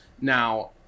now